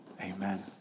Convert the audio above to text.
Amen